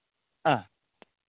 ആ